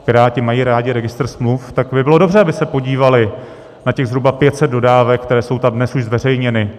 Piráti mají rádi registr smluv, tak by bylo dobře, aby se podívali na těch zhruba 500 dodávek, které jsou tam dnes už zveřejněny.